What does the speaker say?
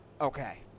Okay